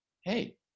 Hey